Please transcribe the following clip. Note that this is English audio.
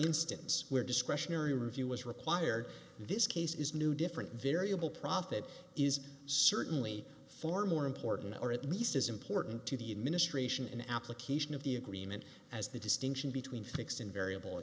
instance where discretionary review was required in this case is new different variable profit is certainly far more important or at least as important to the administration an application of the agreement as the distinction between fixed and variable